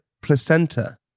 placenta